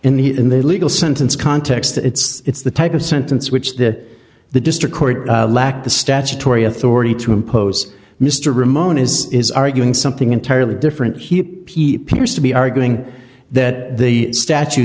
in the in the legal sentence context it's the type of sentence which the the district court lacked the statutory authority to impose mr ramon is is arguing something entirely different here pete pearce to be arguing that the statu